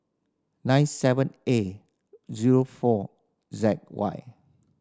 nine seven A zero four Z Y